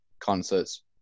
concerts